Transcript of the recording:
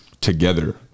together